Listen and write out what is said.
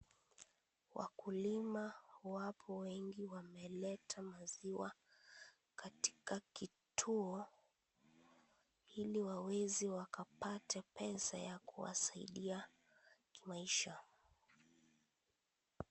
Wakulima wapo wengi wameleta maziwa kwa kituo ili waweze kupata pesa ya kuwasaidia kimaisha.